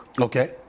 Okay